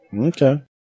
Okay